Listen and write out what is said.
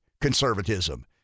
conservatism